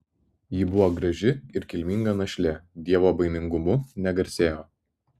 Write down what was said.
ji buvo graži ir kilminga našlė dievobaimingumu negarsėjo